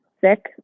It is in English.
sick